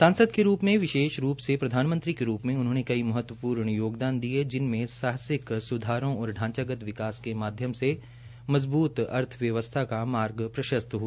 सांसद के रूप में विशेष रूप से प्रधानमंत्री के रूप में उनहोंने कई महत्वपूर्ण योगदान दिया जिसमें साहसिक सुधारों और ढांचागत विकास के माध्यम से मजबूत अर्थव्यवस्था का मार्ग प्रशस्त किया